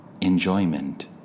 enjoyment